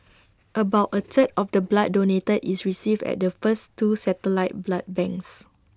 about A third of the blood donated is received at the first two satellite blood banks